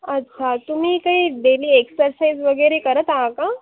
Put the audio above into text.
अच्छा तुम्ही काही डेली एक्सरसाइज वगैरे करत आहात का